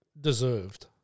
deserved